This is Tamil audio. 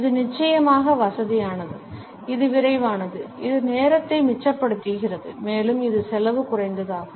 இது நிச்சயமாக வசதியானது இது விரைவானது இது நேரத்தை மிச்சப்படுத்துகிறது மேலும் இது செலவு குறைந்ததாகும்